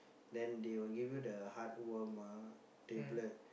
then they will give you the heartworm ah tablet